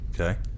Okay